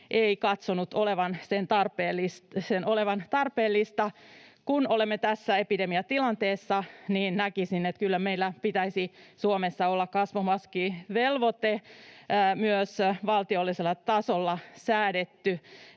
ei katsonut sen olevan tarpeellista. Kun olemme tässä epidemiatilanteessa, niin näkisin, että kyllä meillä pitäisi Suomessa olla kasvomaskivelvoite myös valtiollisella tasolla säädetty